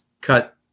cut